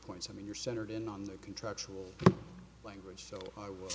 point i mean you're centered in on the contractual language so i w